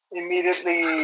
immediately